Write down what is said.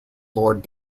lord